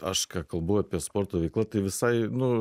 aš ką kalbu apie sporto veikla tai visai nu